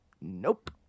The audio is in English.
Nope